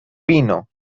pino